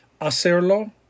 Hacerlo